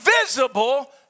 visible